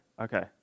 Okay